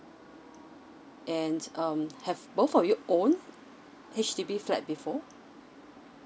and um have both of you own H_D_B flat before